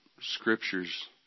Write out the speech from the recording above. scriptures